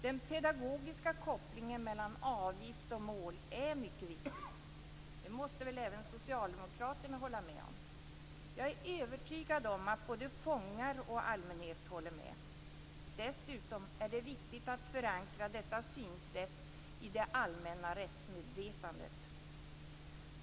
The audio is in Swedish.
Den pedagogiska kopplingen mellan avgift och mål är mycket viktig. Det måste väl även socialdemokraterna hålla med om. Jag är övertygad om att både fångar och allmänhet håller med. Dessutom är det viktigt att förankra detta synsätt i det allmänna rättsmedvetandet.